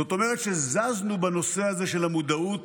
זאת אומרת שזזנו בנושא הזה של המודעות